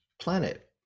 planet